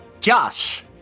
Josh